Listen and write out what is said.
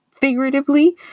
figuratively